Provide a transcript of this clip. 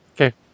Okay